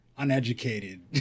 uneducated